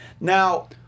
Now